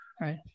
Right